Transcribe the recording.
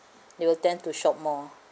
they will tend to shop more